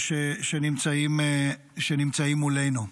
שנמצאים מולנו.